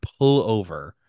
pullover